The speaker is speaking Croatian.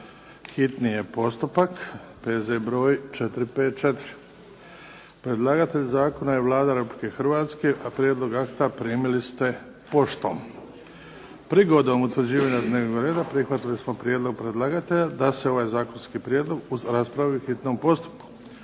dnevnog reda prihvatili smo prijedlog predlagatelja da se ovaj Zakonski prijedlog raspravi u hitnom postupku.